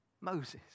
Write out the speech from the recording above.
Moses